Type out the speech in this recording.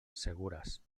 segures